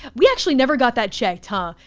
we actually never got that checked, huh?